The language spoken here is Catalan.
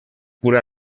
pura